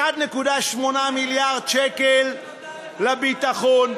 1.8 מיליארד שקל לביטחון.